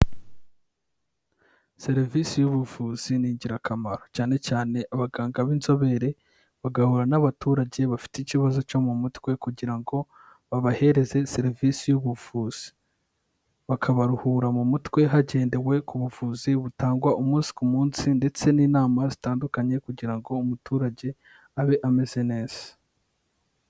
Serivisi y'ubuvuzi ni ingirakamaro, cyane cyane abaganga b'inzobere bagahura n'abaturage bafite ikibazo cyo mu mutwe, kugira ngo babahereze serivisi y'ubuvuzi, bakabaruhura mu mutwe hagendewe ku buvuzi butangwa umunsi ku munsi, ndetse n'inama zitandukanye kugira ngo umuturage abe ameze neza.